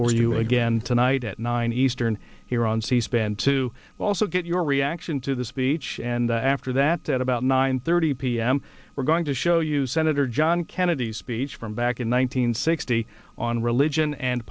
for you again tonight at nine eastern here on c span to also get your reaction to the speech and after that that about nine thirty p m we're going to show you senator john kennedy's speech from back in one nine hundred sixty on religion and